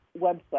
website